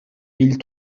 mille